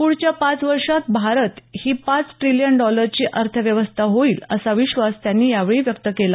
पुढच्या पाच वर्षांत भारत ही पाच ट्रिलियन डॉलरची अर्थव्यवस्था होईल असा विश्वास त्यांनी यावेळी व्यक्त केला